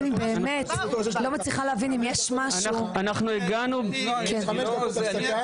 אם יש משהו --- אנחנו מבקשים 5 דקות הפסקה,